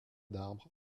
d’arbres